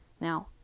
Now